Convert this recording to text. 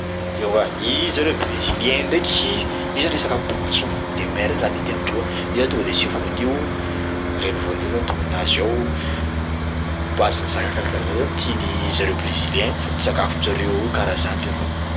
Eoa i zareo brésilien ndraiky io izy zany resaka poisson fruit de mer reo la mety amindreo any, io zany tonga de asia voanio, reny voanio no atao anazy ao. Base-n'ny zaka karakaraha zay zany tian'i zareo brésilien, foto-tsakafon-jareo ao karaha zany leroa.